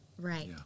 Right